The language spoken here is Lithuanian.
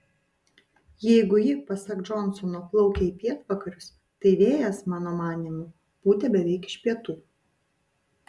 jeigu ji pasak džonsono plaukė į pietvakarius tai vėjas mano manymu pūtė beveik iš pietų